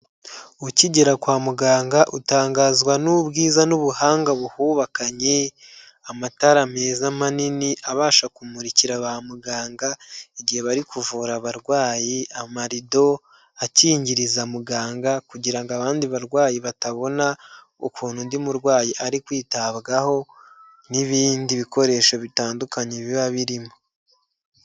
Ukigera kwa muganga utangazwa n'ubwiza n'ubuhanga buhubakanye amatara meza manini abasha kumurikira ba muganga igihe bari kuvura abarwayi amarido akingiriza muganga kugira ngo abandi barwayi batabona ukuntu undi murwayi ari kwitabwaho n'ibindi bikoresho bitandukanye biba birimo.